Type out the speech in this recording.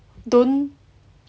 don't